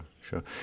sure